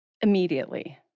immediately